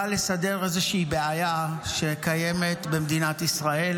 לסדר איזושהי בעיה שקיימת במדינת ישראל,